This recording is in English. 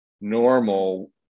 normal